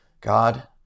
God